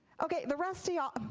okay the rest of ya'll.